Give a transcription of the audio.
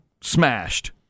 smashed